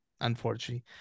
unfortunately